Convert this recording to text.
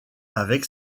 avec